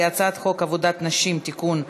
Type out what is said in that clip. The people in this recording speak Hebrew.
היא הצעת חוק עבודת נשים (תיקון,